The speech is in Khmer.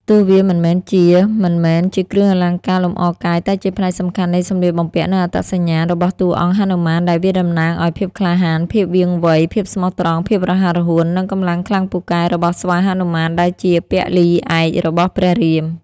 ទោះវាមិនមែនជាមិនមែនជាគ្រឿងអលង្ការលម្អកាយតែជាផ្នែកសំខាន់នៃសំលៀកបំពាក់ និងអត្តសញ្ញាណ របស់តួអង្គហនុមានដែលវាតំណាងឲ្យ ភាពក្លាហាន ភាពវាងវៃ ភាពស្មោះត្រង់ ភាពរហ័សរហួន និងកម្លាំងខ្លាំងពូកែ របស់ស្វាហនុមាន ដែលជាពលីឯករបស់ព្រះរាម។។